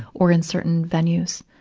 or in certain venues,